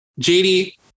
JD